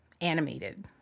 animated